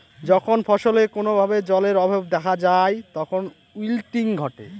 যখন ফসলে কোনো ভাবে জলের অভাব দেখা যায় তখন উইল্টিং ঘটে